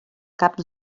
cap